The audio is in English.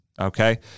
okay